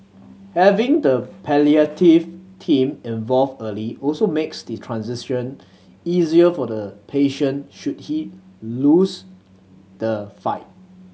having the palliative team involved early also makes the transition easier for the patient should he lose the fight